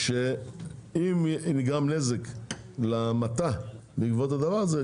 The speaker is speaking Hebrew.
שאם נגרם נזק למטע בעקבות הדבר זה,